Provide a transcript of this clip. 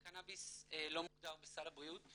קנאביס לא מוגדר בסל הבריאות,